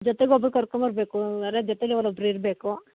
ಜೊತೆಗೊಬ್ಬರು ಕರ್ಕೊಂಡ್ ಬರಬೇಕು ಯಾರ ಜೊತೆಗೆ ಒಲ್ ಒಬ್ರು ಇರಬೇಕು